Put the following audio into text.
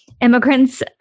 Immigrants